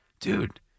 Dude